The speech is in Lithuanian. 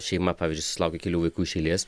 šeima pavyzdžiui susilaukia kelių vaikų iš eilės